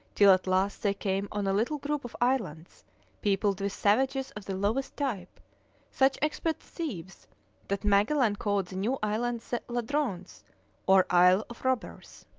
till at last they came on a little group of islands peopled with savages of the lowest type such expert thieves that magellan called the new islands the ladrones or isle of robbers.